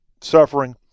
suffering